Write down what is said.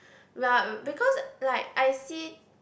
well because like I see